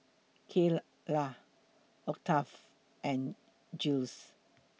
Kyla Octave and Giles